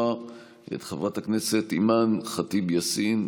את חברת הכנסת אימאן ח'טיב יאסין,